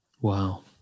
wow